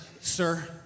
Sir